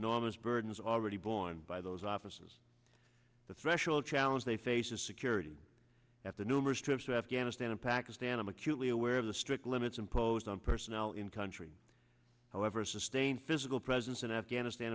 enormous burdens already borne by those offices the threshold challenge they face in security at the numerous trips to afghanistan and pakistan i'm acutely aware of the strict limits imposed on personnel in country however sustained physical presence in afghanistan